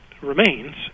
remains